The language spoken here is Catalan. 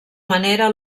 manera